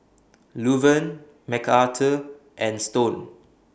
Luverne Macarthur and Stone